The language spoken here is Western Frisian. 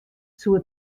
soe